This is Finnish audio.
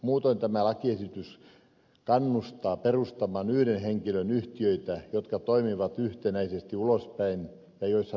muutoin tämä lakiesitys kannustaa perustamaan yhden henkilön yhtiöitä jotka toimivat yhtenäisesti ulospäin ja joissa veroseuraamukset eivät muutu